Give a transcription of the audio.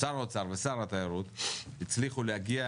שר האוצר ושר התיירות הצליחו להגיע